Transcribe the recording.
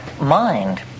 mind